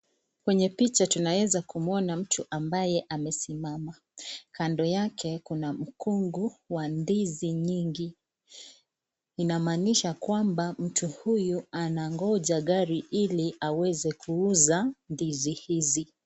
Kwenye picha tunaweza kumwona mtu ambaye amesimama. Kando yake kuna mkungo wa ndizi nyingi , inamaanisha kwamba mtu huyu anangoja gari ili, aweze kuuza ndizi hizi.